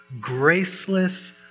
graceless